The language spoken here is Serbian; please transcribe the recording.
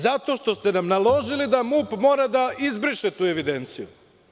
Zato što ste nam naložili da MUP mora da izbriše tu evidenciju.